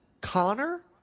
Connor